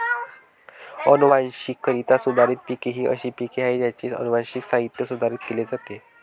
अनुवांशिकरित्या सुधारित पिके ही अशी पिके आहेत ज्यांचे अनुवांशिक साहित्य सुधारित केले जाते